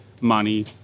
money